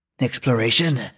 Exploration